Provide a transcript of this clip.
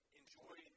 enjoy